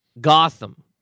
Gotham